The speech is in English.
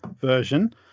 version